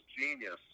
genius